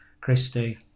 christy